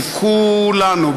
של כולנו,